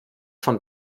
von